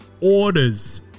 orders